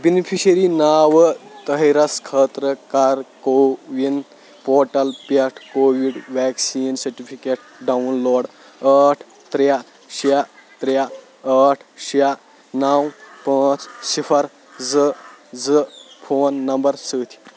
beneficiary ناو طاہِرَس خٲطرٕ کر کووِن پورٹل پٮ۪ٹھ covid vaccine certificate download ٲٹھ ترٛےٚ شیٚے ترٛےٚ ٲٹھ شیٚے نو پانٛژھ صِفر زٕ زٕ فون نمبر سۭتۍ